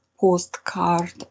postcard